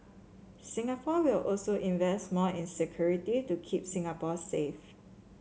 Singapore will also invest more in security to keep Singapore safe